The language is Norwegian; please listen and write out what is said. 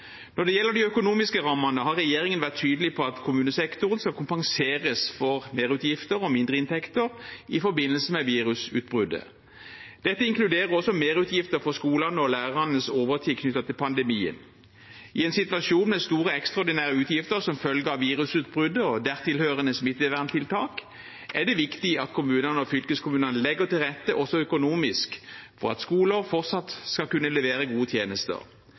Når det gjelder de økonomiske rammene, har regjeringen vært tydelig på at kommunesektoren skal kompenseres for merutgifter og mindreinntekter i forbindelse med virusutbruddet. Dette inkluderer også merutgifter for skolene og lærernes overtid knyttet til pandemien. I en situasjon med store ekstraordinære utgifter som følge av virusutbruddet og dertil hørende smitteverntiltak er det viktig at kommunene og fylkeskommunene legger til rette også økonomisk for at skoler fortsatt skal kunne levere gode tjenester.